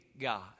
God